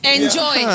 Enjoy